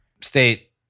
state